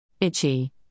Itchy